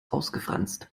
ausgefranst